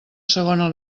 segona